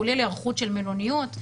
כולל היערכות של מלוניות.